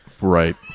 Right